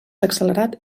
accelerat